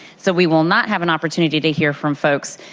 so we will not have an opportunity to hear from folks.